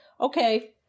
okay